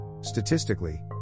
Statistically